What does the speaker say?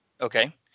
Okay